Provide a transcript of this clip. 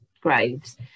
graves